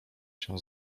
się